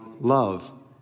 love